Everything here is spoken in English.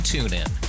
TuneIn